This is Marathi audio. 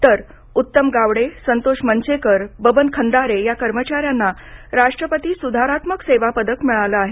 तर उत्तम गावडे संतोष मंचेकर बबन खंदारे या कर्मचाऱ्यांना राष्ट्रपती सुधारात्मक सेवा पदक मिळालं आहे